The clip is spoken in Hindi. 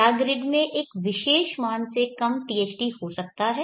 क्या ग्रिड का एक विशेष मान से कम THD हो सकता है